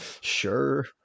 Sure